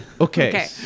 Okay